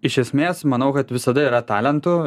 iš esmės manau kad visada yra talentų